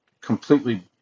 completely